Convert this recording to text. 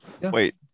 Wait